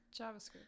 JavaScript